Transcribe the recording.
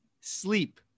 Sleep